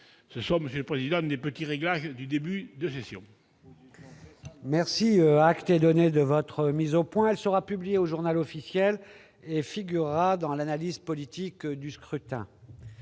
Ce sont, monsieur le président, de petits réglages de début de session